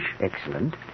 Excellent